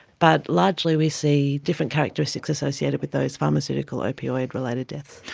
but largely we see different characteristics associated with those pharmaceutical opioid related deaths.